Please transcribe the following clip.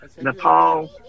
Nepal